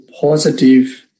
positive